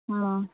ꯑꯥ